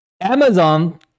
Amazon